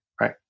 right